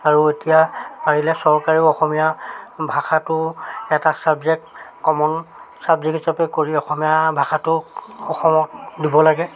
আৰু এতিয়া পাৰিলে চৰকাৰেও অসমীয়া ভাষাটো এটা ছাবজেক্ট কমন ছাবজেক্ট হিচাপে কৰি অসমীয়া ভাষাটো অসমত দিব লাগে